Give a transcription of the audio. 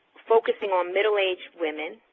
focusing on middle aged women,